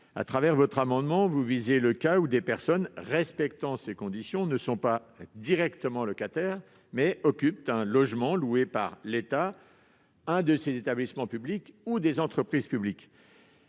visé. Votre amendement vise le cas où des personnes respectant ces conditions ne sont pas directement locataires, mais occupent un logement loué par l'État, l'un de ses établissements publics ou une entreprise publique.